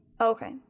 Okay